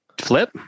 flip